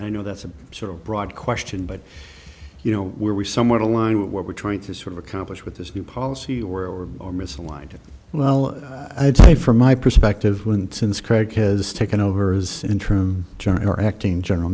i know that's a sort of broad question but you know we're we somewhat aligned with what we're trying to sort of accomplish with this new policy or are misaligned well i'd say from my perspective when since craig has taken over as interim german or acting general